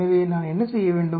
எனவே நான் என்ன செய்ய வேண்டும்